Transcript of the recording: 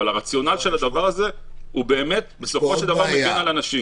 אבל הרציונל של הדבר הזה הוא באמת להקל על אנשים.